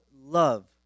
love